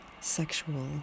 sexual